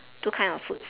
two kinds of food